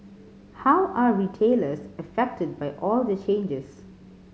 how are retailers affected by all the changes